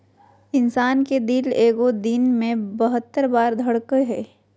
इंसान के दिल एगो दिन मे बहत्तर बार धरकय हइ